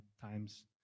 times